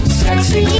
sexy